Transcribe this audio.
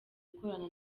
gukorana